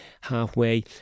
halfway